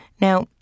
now